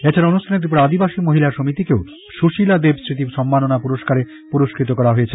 এছাড়া অনুষ্ঠানে ত্রিপুরা আদিবাসী মহিলা সমিতিকে ও সুশীলা দেব স্মৃতি সম্মাননা পুরস্কারে পুরস্কৃত করা হয়